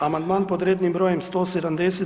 Amandman pod rednim brojem 170.